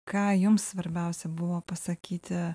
ką jums svarbiausia buvo pasakyti